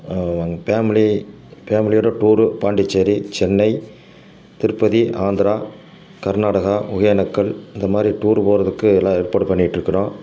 எங்கள் ஃபேமிலி ஃபேமிலியோடு டூரு பாண்டிச்சேரி சென்னை திருப்பதி ஆந்திரா கர்நாடகா ஒக்கேனக்கல் இந்த மாதிரி டூரு போகிறதுக்கு எல்லா ஏற்பாடும் பண்ணிட்டுருக்குறோம்